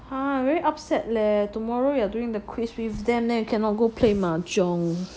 !huh! I very upset leh tomorrow you are doing the quiz with them then you cannot go play mahjong